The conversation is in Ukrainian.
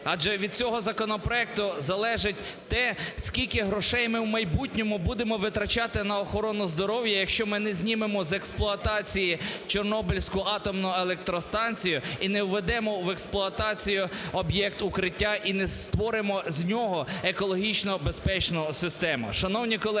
Адже від цього законопроекту залежить те, скільки грошей ми в майбутньому будемо витрачати на охорону здоров'я, якщо ми не знімемо з експлуатації Чорнобильську атомну електростанцію і не введемо в експлуатацію об'єкт "Укриття", і не створимо з нього екологічно безпечну систему.